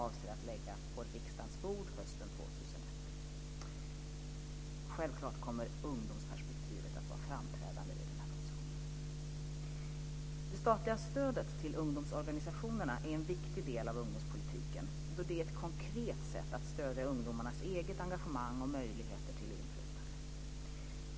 I demokratipropositionen kommer självfallet ungdomsperspektivet att vara framträdande. Det statliga stödet till ungdomsorganisationerna är en viktig del av ungdomspolitiken, då det är ett konkret sätt att stödja ungdomarnas eget engagemang och möjligheter till inflytande.